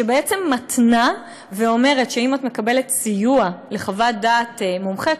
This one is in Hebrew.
שבעצם מתנה ואומרת שאם את מקבלת סיוע לחוות דעת מומחה,